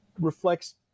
reflects